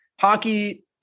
Hockey